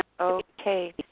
Okay